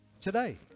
today